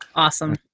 awesome